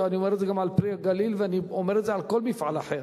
אני אומר את זה גם על "פרי הגליל" ואני אומר את זה על כל מפעל אחר,